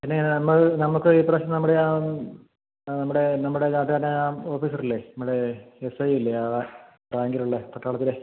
പിന്നെ നമ്മൾ നമുക്ക് ഇപ്രാവശ്യം നമ്മുടെ ആ നമ്മുടെ നമ്മുടെ നാട്ടുകാരനായ ആ ഓഫീസർ ഇല്ലേ നമ്മൾ എസ് ഐ ഇല്ലേ ആ ബാങ്കിലുള്ള പട്ടാളത്തിലെ